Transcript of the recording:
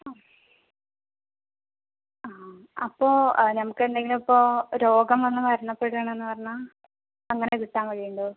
അ ആ അപ്പോൾ നമുക്കെന്തെങ്കിലും ഇപ്പോൾ രോഗം വന്ന് മരണപ്പെടുവാണെന്ന് പറഞ്ഞാൽ അങ്ങനെ കിട്ടാൻ വഴിയുണ്ടോ